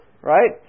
Right